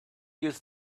use